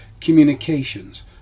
communications